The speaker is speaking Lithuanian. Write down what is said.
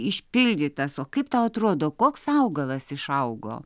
išpildytas o kaip tau atrodo koks augalas išaugo